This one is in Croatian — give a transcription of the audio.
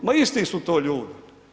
Ma isti su to ljudi.